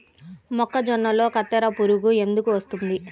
మొక్కజొన్నలో కత్తెర పురుగు ఎందుకు వస్తుంది?